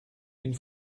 une